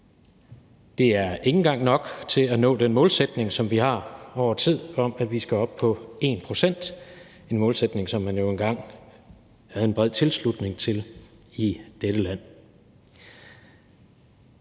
Det er ikke engang nok til at nå den målsætning, som vi har over tid, om, at vi skal op på 1 pct. – en målsætning, som man jo dengang havde en bred tilslutning til i dette land.